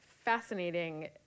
Fascinating